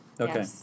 Okay